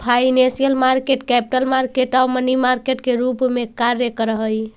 financial market capital market आउ money market के रूप में कार्य करऽ हइ